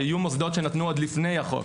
יהיו מוסדות שנתנו עוד לפני החוק.